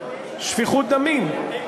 שפיכות דמים.